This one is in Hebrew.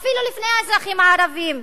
אפילו לפני האזרחים הערבים.